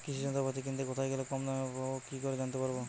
কৃষি যন্ত্রপাতি কিনতে কোথায় গেলে কম দামে পাব কি করে জানতে পারব?